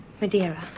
Madeira